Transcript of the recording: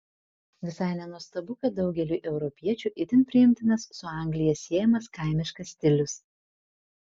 visai nenuostabu kad daugeliui europiečių itin priimtinas su anglija siejamas kaimiškas stilius